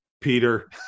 Peter